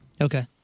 Okay